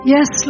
Yes